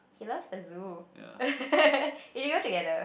he loves the zoo we can go together